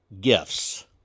gifts